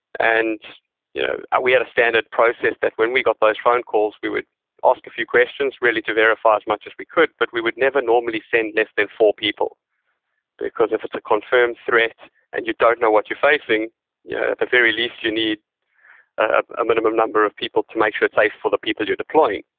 and you know we had a standard process that when we got those phone calls, we would ask a few questions really to verify as much as we could, but we would never normally send less than four people because if it's a confirmed threat and you don't know what you're facing, yeah at the very least you need a minimum number of people to make sure it's safe for the people you're deploying.